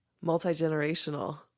Multi-generational